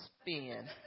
spin